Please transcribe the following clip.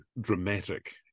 dramatic